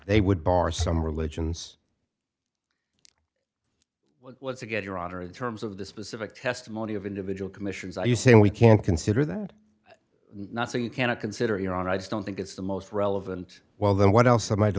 they would bar some religions once again your honor in terms of the specific testimony of individual commissions are you saying we can't consider that not so you can't consider your own i just don't think it's the most relevant well then what else